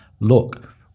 look